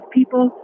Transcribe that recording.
people